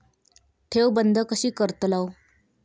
ठेव बंद कशी करतलव?